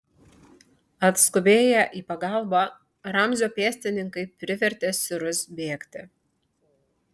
atskubėję į pagalbą ramzio pėstininkai privertė sirus bėgti